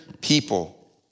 people